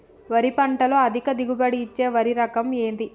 వరి పంట లో అధిక దిగుబడి ఇచ్చే వరి రకం ఏది?